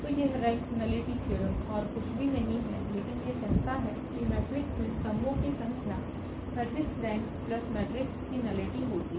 तो यह rank nullity theorem ओर कुछ भी नहीं है लेकिन यह कहता है कि मेट्रिक्स मे स्तम्भो की संख्या मेट्रिक्स रेंक प्लस मेट्रिक्स की नलिटी होती है